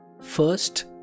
First